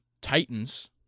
Titans